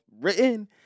written